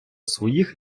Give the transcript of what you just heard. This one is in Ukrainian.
своїх